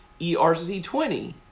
ERC20